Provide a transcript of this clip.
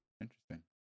Interesting